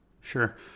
Sure